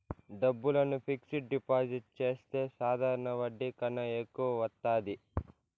డబ్బులను fixed deposit చేస్తే సాధారణ వడ్డీ కన్నా ఎక్కువ వత్తాది